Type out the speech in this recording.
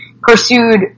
pursued